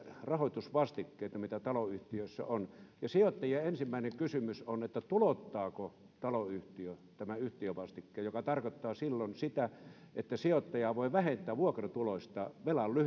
rahoitusvastikkeita mitä taloyhtiöissä on sijoittajien ensimmäinen kysymys on että tulouttaako taloyhtiö yhtiövastikkeen mikä tarkoittaa sitä että sijoittaja voi vähentää vuokratuloista velan lyhennyksen eli